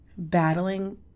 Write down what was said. battling